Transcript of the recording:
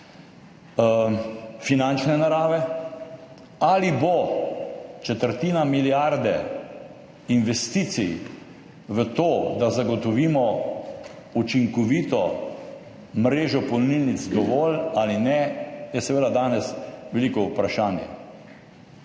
finančne narave, ali bo četrtina milijarde investicij v to, da zagotovimo učinkovito mrežo polnilnic, dovolj ali ne, je seveda danes veliko vprašanje.